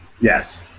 Yes